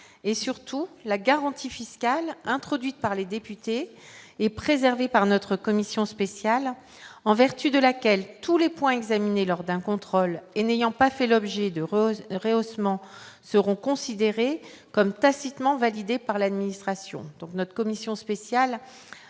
et surtout la garantie fiscale introduite par les députés et préservé par notre commission spéciale en vertu de laquelle tous les points examinés lors d'un contrôle et n'ayant pas fait l'objet de rose de réhaussement seront considérés comme tacitement validé par l'administration,